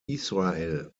israel